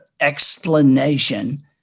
explanation